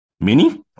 Mini